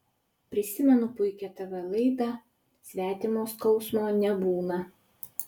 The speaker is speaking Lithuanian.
prisimenu puikią tv laidą svetimo skausmo nebūna